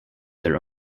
their